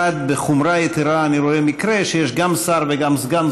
בחומרה יתרה במיוחד אני רואה מקרה שיש גם שר וגם סגן